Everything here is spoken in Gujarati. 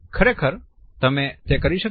ખરેખર તમે તે કરી શક્યા